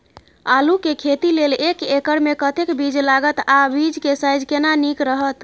आलू के खेती लेल एक एकर मे कतेक बीज लागत आ बीज के साइज केना नीक रहत?